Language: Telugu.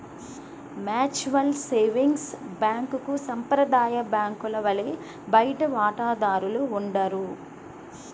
మ్యూచువల్ సేవింగ్స్ బ్యాంక్లకు సాంప్రదాయ బ్యాంకుల వలె బయటి వాటాదారులు ఉండరు